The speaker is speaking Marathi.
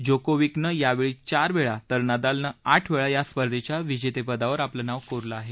जोकोविकनं याआधी चारवेळा तर नदालनं आठ वेळा या स्पर्धेच्या विजेते पदावर आपलं नावं कोरलं आहे